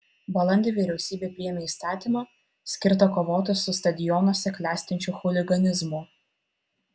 balandį vyriausybė priėmė įstatymą skirtą kovoti su stadionuose klestinčiu chuliganizmu